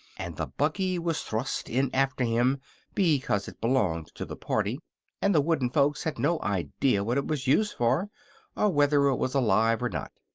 and the buggy was thrust in after him because it belonged to the party and the wooden folks had no idea what it was used for or whether it was alive or not.